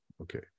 Okay